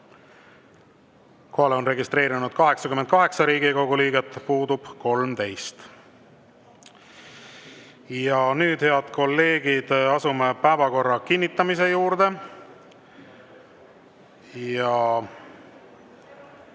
on registreerunud 88 Riigikogu liiget, puudub 13. Ja nüüd, head kolleegid, asume päevakorra kinnitamise juurde. Martin